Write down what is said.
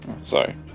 sorry